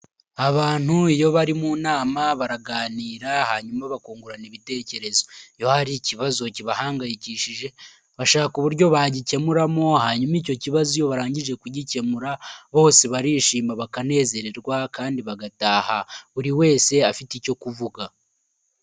Abantu iyo bari mu nama baraganira hanyuma bakungurana ibitekerezo, iyo hari ikibazo kibahangayikishije bashaka uburyo bagikemuramo hanyuma icyo kibazo iyo barangije kugikemura bose barishima bakanezererwa kandi bagataha buri wese afite icyo kuvuga.